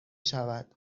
شود